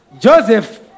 Joseph